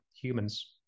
humans